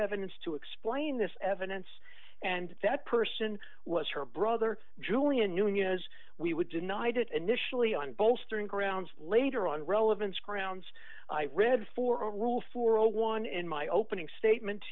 evidence to explain this evidence and that person was her brother julian knew and you know as we would deny did initially on bolstering grounds later on relevance grounds i read for a rule for one in my opening statement